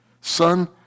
son